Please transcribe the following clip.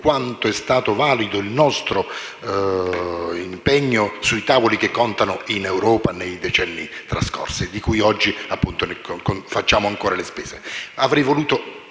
rispetto alla validità del nostro impegno sui tavoli che contano in Europa nei decenni trascorsi, di cui oggi facciamo ancora le spese. Avrei